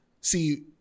see